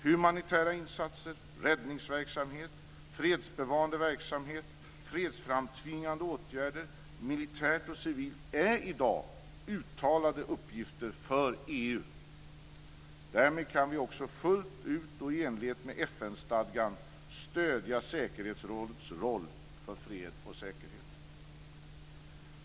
Humanitära insatser, räddningsverksamhet, fredsbevarande verksamhet, fredsframtvingande åtgärder militärt och civilt är i dag uttalade uppgifter för EU. Därmed kan vi också fullt ut och i enlighet med FN-stadgan stödja säkerhetsrådets roll för fred och säkerhet.